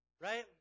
right